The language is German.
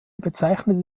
bezeichnete